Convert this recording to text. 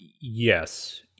Yes